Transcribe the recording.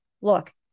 look